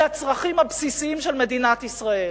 לצרכים הבסיסיים של מדינת ישראל.